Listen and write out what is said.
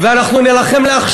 אנחנו נילחם על כל אחד,